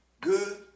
good